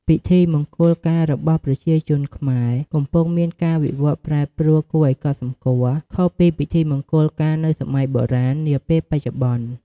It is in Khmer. ពិធីមង្គលការរបស់ប្រជាជនខ្មែរ កំពុងមានការវិវត្តប្រែប្រួលគួរឲ្យកត់សម្គាល់ ខុសពីពិធីមង្គលការនៅសម័យបុរាណ នាពេលបច្ចុប្បន្ន។